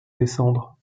descendre